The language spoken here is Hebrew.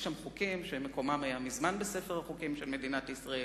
יש שם חוקים שמקומם היה מזמן בספר החוקים של מדינת ישראל,